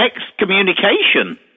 excommunication